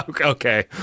Okay